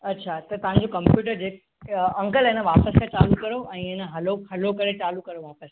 अच्छा त तव्हां जो कंप्यूटर जे अंकल है न वापसि सां चालू करो है न हलो हलो करे चालू करो वापसि खां